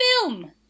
Film